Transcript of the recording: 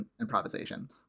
improvisation